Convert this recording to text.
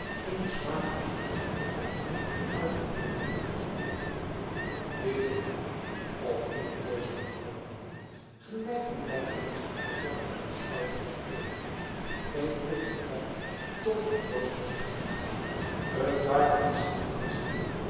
in den smaak eener kerk opgetrokken uit het midden oprijzen dit gebouw of liever deze gebouwen hadden gelijk men bij de meest oppervlakkige beschouwing bespeuren kon in vroeger tijd tot een klooster gediend het waren de sint jans heeren